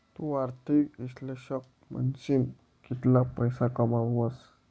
तु आर्थिक इश्लेषक म्हनीसन कितला पैसा कमावस